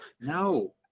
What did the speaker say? No